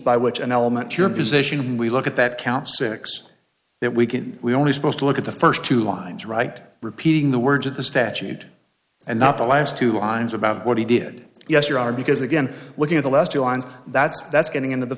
by which an element your position we look at that count six that we can we only supposed to look at the first two lines right repeating the words of the statute and not the last two lines about what he did yes your honor because again looking at the last two lines that's that's getting into the